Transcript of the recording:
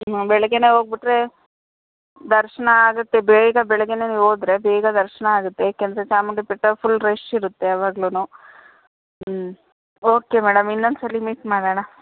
ಹ್ಞೂ ಬೆಳಗ್ಗೆಯೇ ಹೋಗ್ಬುಟ್ರೆ ದರ್ಶನ ಆಗುತ್ತೆ ಬೇಗ ಬೆಳಗ್ಗೇಯೆ ನೀವು ಹೋದ್ರೆ ಬೇಗ ದರ್ಶನ ಆಗುತ್ತೆ ಏಕೆಂದರೆ ಚಾಮುಂಡಿ ಬೆಟ್ಟ ಫುಲ್ ರಶ್ ಇರುತ್ತೆ ಯಾವಾಗಲೂ ಹ್ಞೂ ಓಕೆ ಮೇಡಮ್ ಇನ್ನೊಂದುಸಲಿ ಮೀಟ್ ಮಾಡೋಣಾ